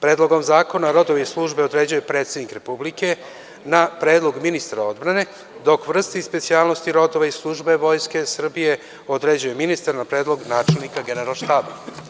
Predlogom zakona rodove i službe određuje predsednik Republike na predlog ministra odbrane, dok vrste i specijalnosti rodova i službe Vojske Srbije određuje ministar na predlog načelnika Generalštaba.